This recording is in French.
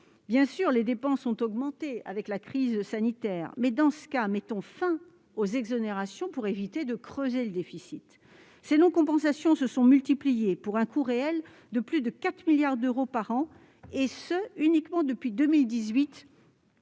Bien sûr, les dépenses ont augmenté avec la crise sanitaire ; mais, dans ce cas, mettons fin aux exonérations pour éviter de creuser le déficit. Les non-compensations se sont multipliées, pour un coût réel de plus de 4 milliards d'euros par an, et ce uniquement depuis 2018,